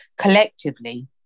collectively